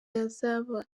yazaba